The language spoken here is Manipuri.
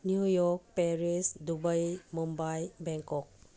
new York Paris Dubai Mumbai Bangkok